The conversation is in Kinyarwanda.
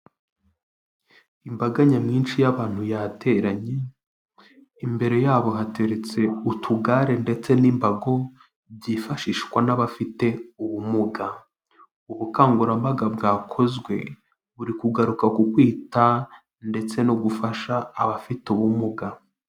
Imbaga nyamwinshi y'abanu yateranye, imbere yabo hateretse utugare ndetse n'imbago, byifashishwa n'abafite ubumuga. Ubukangurambaga bwakozwe, buri kugaruka ku kwita ndetse no gufasha abafite ubumuga.